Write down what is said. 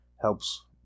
helps